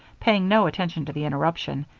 paying no attention to the interruption,